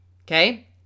Okay